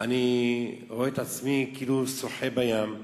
אני רואה את עצמי כאילו שוחה בים,